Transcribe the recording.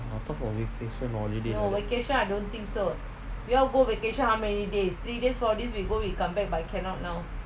I thought got vacation already